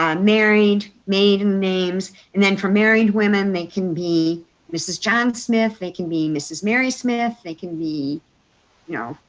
um married, maiden names, and then for married women, they can be mrs. john smith, they can be mrs. mary smith, they can be you know